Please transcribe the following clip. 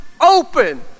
open